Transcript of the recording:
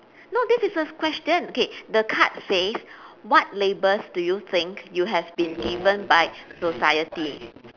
no this is the question okay the card says what labels do you think you have been given by society